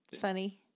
funny